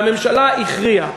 והממשלה הכריעה.